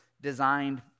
designed